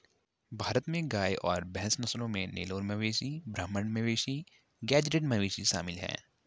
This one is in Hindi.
भारत में गाय और भैंस नस्लों में नेलोर मवेशी ब्राह्मण मवेशी गेज़रैट मवेशी शामिल है